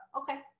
okay